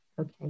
Okay